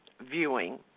viewing